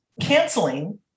canceling